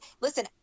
listen